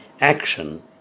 action